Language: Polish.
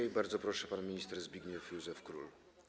I bardzo proszę, pan minister Zbigniew Józef Król.